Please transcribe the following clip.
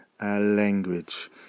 language